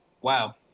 Wow